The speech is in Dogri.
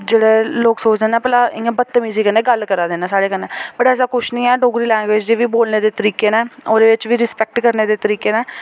जेह्ड़ा लोक सोचदे न भला इ'यां बतमीज़ी कन्नै गल्ल करा दे न साढ़े कन्नै पर ऐसा कुछ निं ऐ डोगरी लैंग्वेज़ च बी बोलने दे तरीके न ओह्दे च बी रिस्पेक्ट करने दे तरीके न